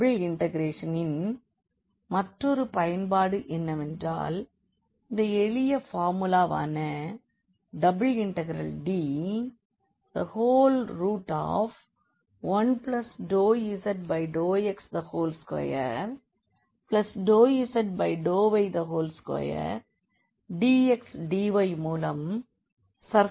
double இண்டெக்ரேஷனின் மற்றொரு பயன்பாடு என்னவென்றால் இந்த எளிய பார்முலாவான ∬D1∂z∂x2∂z∂y2dxdy மூலம் சர்ஃபேஸ் எரியாவை கணக்கிடுதல்